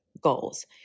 goals